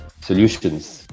solutions